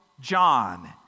John